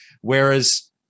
Whereas